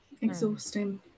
exhausting